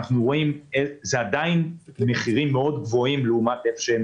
זה עדיין מחירים גבוהים מאוד לעומת מה שהם